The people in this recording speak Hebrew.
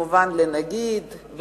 כמובן לנגיד,